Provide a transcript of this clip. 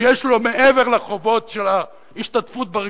שיש לו מעבר לחובות של ההשתתפות בריקוד,